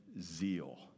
zeal